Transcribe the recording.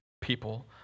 people